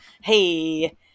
Hey